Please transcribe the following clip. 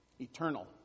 Eternal